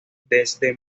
desde